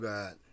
God